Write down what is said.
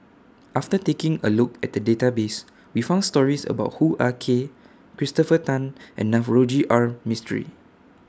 after taking A Look At The Database We found stories about Hoo Ah Kay Christopher Tan and Navroji R Mistri